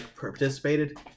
participated